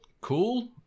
cool